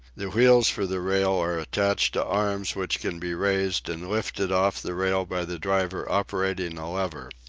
the wheels for the rail are attached to arms which can be raised and lifted off the rail by the driver operating a lever.